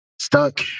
stuck